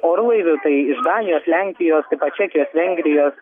orlaivių tai iš danijos lenkijos čekijos vengrijos